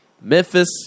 Memphis